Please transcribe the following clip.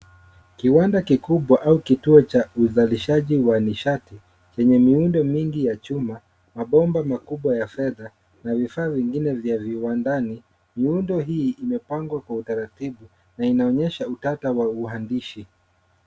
Kiwanda kikubwa au kituo cha uzalishaji wa nishati chenye miundo nyingi ya chuma. Mabomba makubwa ya fedha na vifaa vingine vya viwandani. Miundo hii imepangwa kwa utaratibu na inaonyesha utata wa uandishi.